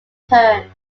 turn